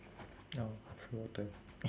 oh will take